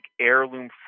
heirloom